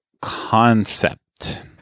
concept